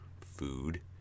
food